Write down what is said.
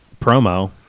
promo